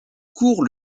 court